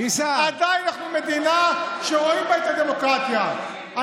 עדיין אנחנו מדינה שרואים בה את הדמוקרטיה.